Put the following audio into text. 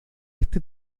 este